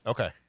Okay